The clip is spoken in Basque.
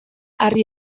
harri